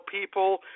people